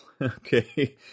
okay